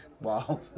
Wow